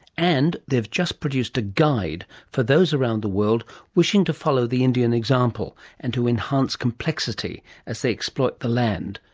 and they've just produced a guide for those around the world wishing to follow the indian example and to enhance complexity as they exploit the land.